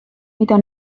mida